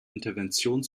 intervention